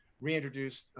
reintroduce